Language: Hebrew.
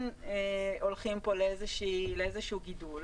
כן הולכים פה לאיזשהו גידול,